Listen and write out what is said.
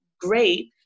great